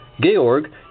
Georg